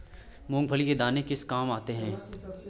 मूंगफली के दाने किस किस काम आते हैं?